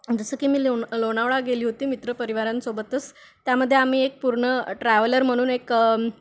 जसं की मी लोन लोणावळा गेली होती मित्रपरिवारांसोबतच त्यामध्ये आम्ही एक पूर्ण ट्रॅव्हलर म्हणून एक